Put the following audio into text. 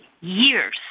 years